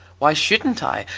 why shouldn't i?